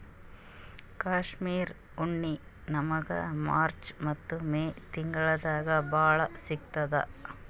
ಕಾಶ್ಮೀರ್ ಉಣ್ಣಿ ನಮ್ಮಗ್ ಮಾರ್ಚ್ ಮತ್ತ್ ಮೇ ತಿಂಗಳ್ದಾಗ್ ಭಾಳ್ ಸಿಗತ್ತದ್